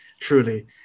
Truly